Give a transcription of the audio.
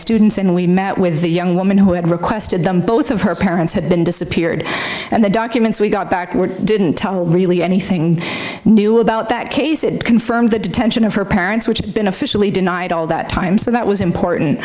students and we met with a young woman who had requested them both of her parents had been disappeared and the documents we got back were didn't tell really anything new about that case it confirmed the detention of her parents which had been officially denied all that time so that was important